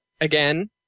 Again